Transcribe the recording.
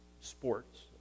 sports